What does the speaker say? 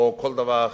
או כל דבר אחר.